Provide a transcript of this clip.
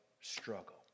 struggle